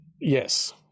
Yes